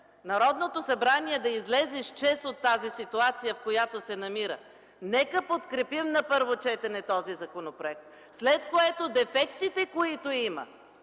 Народното събрание да излезе с чест от тази ситуация, в която се намира, нека подкрепим на първо четене този законопроект, след което дефектите, които има